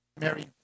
Mary